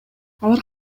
алар